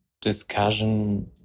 discussion